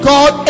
God